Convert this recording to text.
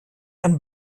een